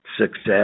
success